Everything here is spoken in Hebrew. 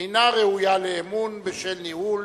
אינה ראויה לאמון בשל ניהול